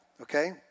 Okay